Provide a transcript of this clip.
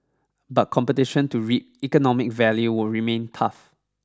but competition to reap economic value will remain tough